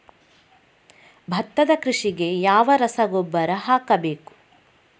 ಭತ್ತದ ಕೃಷಿಗೆ ಯಾವ ರಸಗೊಬ್ಬರ ಹಾಕಬೇಕು?